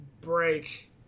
break